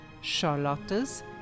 Charlotte's